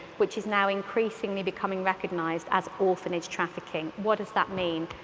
which is now increasingly becoming recognized as orphanage trafficking. what does that mean?